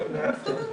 שנאה עצמית,